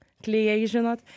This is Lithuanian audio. klijai žinot